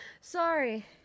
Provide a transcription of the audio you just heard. Sorry